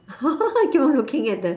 keep on looking at the